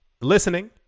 listening